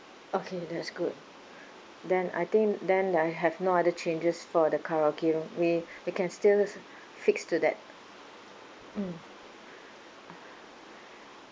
okay that's good then I think then that I have no other changes for the karaoke room we we can still fix to that mmhmm